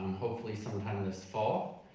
hopefully some time this fall.